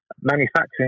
Manufacturing